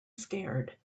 scared